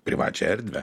privačią erdvę